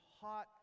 hot